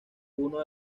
uno